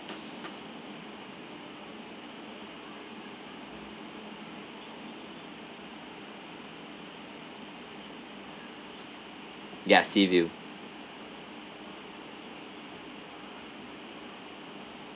ya sea view